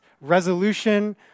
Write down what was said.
resolution